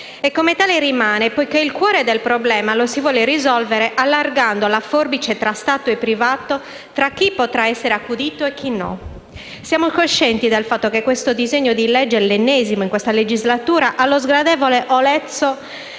e come tale rimane, poiché il cuore del problema lo si vuole risolvere allargando la forbice tra Stato e privato, tra chi potrà essere accudito e chi no. Siamo coscienti del fatto che questo disegno di legge, l'ennesimo in questa legislatura, ha lo sgradevole olezzo